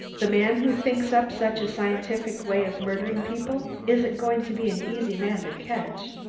the man who thinks up such a scientific way of murdering people isn't going to be an easy man to catch.